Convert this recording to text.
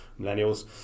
millennials